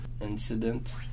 incident